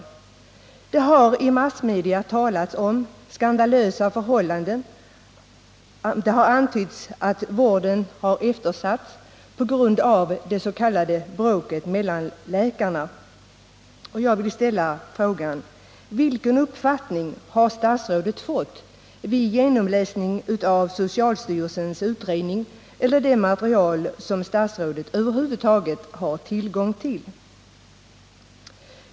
Det har i massmedierna talats om skandalösa förhållanden, och det har antytts att vården har eftersatts på grund av det s.k. bråket mellan läkarna. Mot den bakgrunden vill jag ställa frågan: Vilken uppfattning har statsrådet fått vid genomläsning av socialstyrelsens utredning eller av det material som statsrådet över huvud taget haft tillgång till?